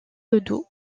ledoux